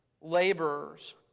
laborers